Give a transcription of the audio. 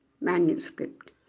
manuscript